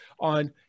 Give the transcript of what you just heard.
on